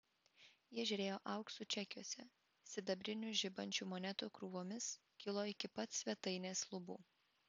jie žėrėjo auksu čekiuose sidabrinių žibančių monetų krūvomis kilo iki pat svetainės lubų